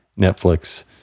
Netflix